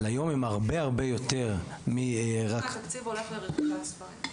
אבל היום הם הרבה הרבה יותר --- 60 אחוז מהתקציב הולך לרכישת ספרים.